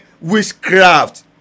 witchcraft